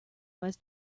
was